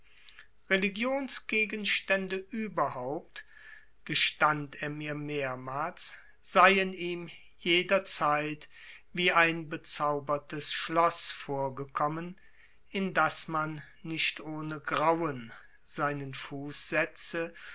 religionsgegenstände überhaupt gestand er mir mehrmals seien ihm jederzeit wie ein bezaubertes schloß vorgekommen in das man nicht ohne grauen seinen fuß setze